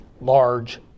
large